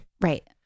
Right